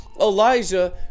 elijah